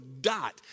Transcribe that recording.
dot